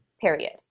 Period